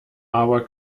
aber